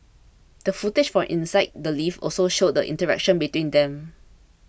the footage from inside the lift also showed the interaction between them